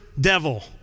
devil